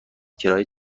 کرایه